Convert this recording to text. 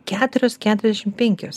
keturios keturiadešim penkios